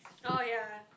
oh yeah